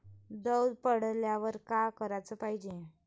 दव पडल्यावर का कराच पायजे?